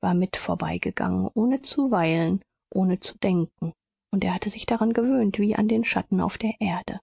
war mitvorbeigegangen ohne zu weilen ohne zu denken und er hatte sich daran gewöhnt wie an den schatten auf der erde